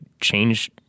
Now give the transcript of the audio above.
change